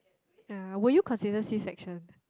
yeah will you consider C section